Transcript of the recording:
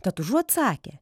tad užuot sakę